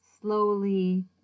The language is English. slowly